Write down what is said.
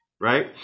right